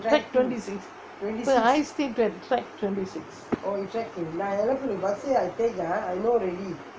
track twenty six I stay track twenty six